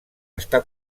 està